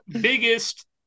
biggest